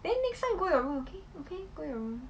then next time we go okay okay we go your room